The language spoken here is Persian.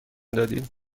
دادید